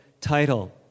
title